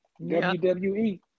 WWE